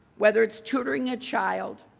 whether it's tutoring a child,